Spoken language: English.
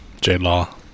J-Law